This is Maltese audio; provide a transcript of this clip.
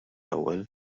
ewwel